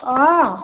অঁ